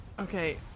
Okay